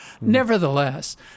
Nevertheless